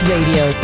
Radio